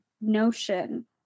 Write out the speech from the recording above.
notion